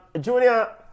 Junior